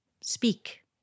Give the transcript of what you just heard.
speak